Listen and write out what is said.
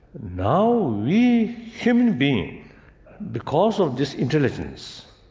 now we human beings because of this intelligence,